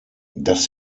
das